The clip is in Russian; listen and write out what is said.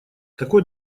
такой